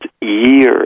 years